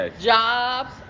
jobs